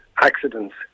accidents